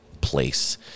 place